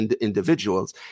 individuals